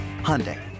Hyundai